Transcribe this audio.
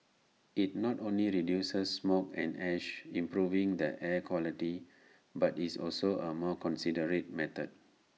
IT not only reduces smoke and ash improving the air quality but is also A more considerate method